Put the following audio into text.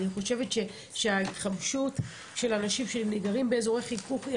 אני חושבת שההתחמשות של אנשים שמתגוררים באזורי חיכוך היא